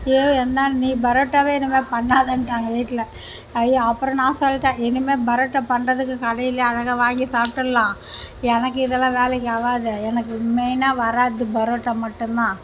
என்ன நீ பரோட்டாவே இனிமே பண்ணாதே இன்ட்டாங்க வீட்டில் ஐயோ அப்றம் நான் சொல்லிட்டேன் இனிமே பரோட்டா பண்றதுக்கு கடையிலே அழகாக வாங்கி சாப்பிட்டர்லாம் எனக்கு இதலாம் வேலைக்கு ஆகாது எனக்கு மெயினாக வராது பரோட்டா மட்டுந்தான்